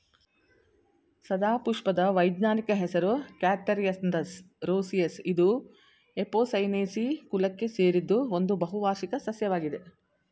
ಸದಾಪುಷ್ಪದ ವೈಜ್ಞಾನಿಕ ಹೆಸರು Catharanthus roseus ಇದು ಎಪೋಸೈನೇಸಿ ಕುಲಕ್ಕೆ ಸೇರಿದ್ದು ಒಂದು ಬಹುವಾರ್ಷಿಕ ಸಸ್ಯವಾಗಿದೆ